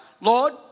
Lord